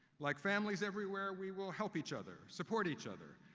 like families everywhere, we will help each other, support each other,